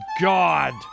God